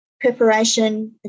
preparation